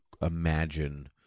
imagine